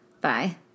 Bye